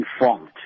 informed